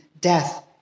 death